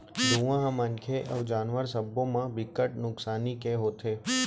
धुंआ ह मनखे अउ जानवर सब्बो म बिकट नुकसानी के होथे